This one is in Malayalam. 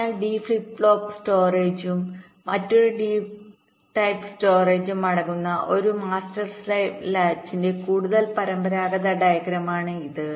അതിനാൽ ഡി ടൈപ്പ് സ്റ്റോറേജുംമറ്റൊരു ഡി ടൈപ്പ് സ്റ്റോറേജും അടങ്ങുന്ന ഒരു മാസ്റ്റർ സ്ലേവ് ലാച്ചിന്റെ കൂടുതൽ പരമ്പരാഗത ഡയഗ്രമാണ് ഇത്